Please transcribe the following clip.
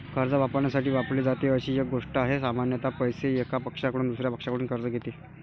कर्ज वापरण्यासाठी वापरली जाते अशी एक गोष्ट आहे, सामान्यत पैसे, एका पक्षाकडून दुसर्या पक्षाकडून कर्ज घेते